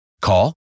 Call